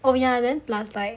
oh ya then plus like